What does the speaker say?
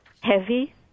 heavy